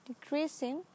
decreasing